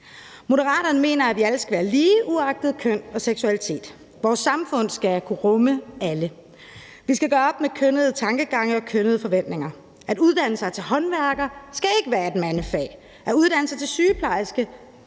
Moderaterne mener, at vi alle skal være lige uagtet køn og seksualitet. Vores samfund skal kunne rumme alle. Vi skal gøre op med kønnede tankegange og kønnede forventninger. Uddannelsen til håndværker skal ikke være et mandefag. Uddannelsen til sygeplejerske